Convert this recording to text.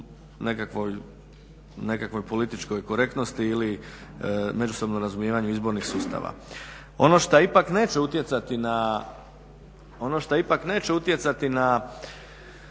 nekakvoj politički korektnosti ili međusobnom razumijevanju izbornih sustava. Ono što ipak neće utjecati na rezultat izbora je to da